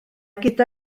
gyda